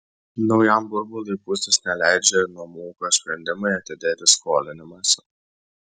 naujam burbului pūstis neleidžia ir namų ūkio sprendimai atidėti skolinimąsi